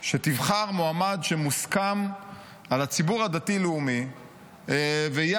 שתבחר מועמד שמוסכם על הציבור הדתי-לאומי ויהיה